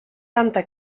santa